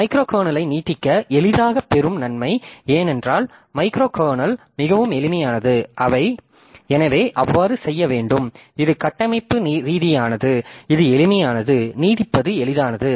micro கர்னலை நீட்டிக்க எளிதாகப் பெறும் நன்மை ஏனென்றால் மைக்ரோ கர்னல் மிகவும் எளிமையானது எனவே அவ்வாறு செய்ய வேண்டும் இது கட்டமைப்பு ரீதியானது இது எளிமையானது நீட்டிப்பது எளிதானது